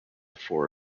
four